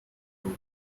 بکنم